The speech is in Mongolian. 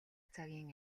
цагийн